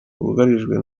bugarijwe